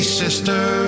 sister